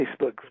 Facebook